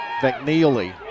McNeely